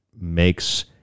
makes